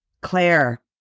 Claire